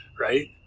Right